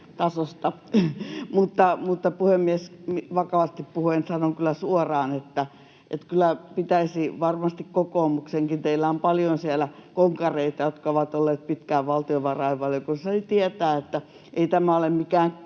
Mutta, puhemies, vakavasti puhuen sanon kyllä suoraan, että kyllä pitäisi varmasti kokoomuksenkin — teillä on paljon siellä konkareita, jotka ovat olleet pitkään valtiovarainvaliokunnassa — tietää, että ei tämä ole mikään